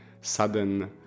sudden